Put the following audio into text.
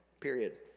period